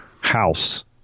house